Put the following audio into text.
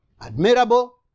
admirable